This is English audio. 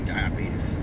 Diabetes